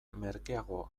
merkeago